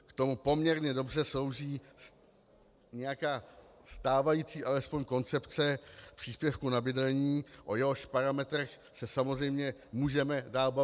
K tomu poměrně dobře slouží nějaká stávající alespoň koncepce příspěvku na bydlení, o jehož parametrech se samozřejmě můžeme dále bavit.